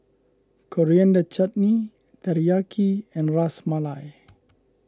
Coriander Chutney Teriyaki and Ras Malai